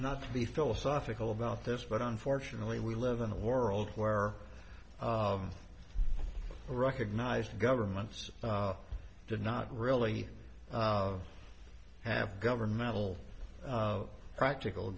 not to be philosophical about this but unfortunately we live in a world where recognized governments did not really have governmental practical